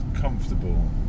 comfortable